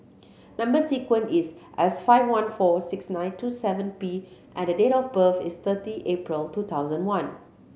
number sequence is S five one four six nine two seven P and the date of birth is thirty April two thousand one